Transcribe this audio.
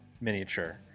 miniature